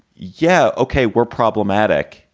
yeah, ok, we're problematic.